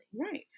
Right